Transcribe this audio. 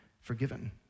forgiven